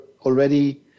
already